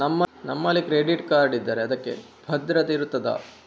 ನಮ್ಮಲ್ಲಿ credit card ಇದ್ದರೆ ಅದಕ್ಕೆ ಭದ್ರತೆ ಇರುತ್ತದಾ?